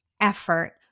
effort